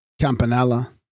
Campanella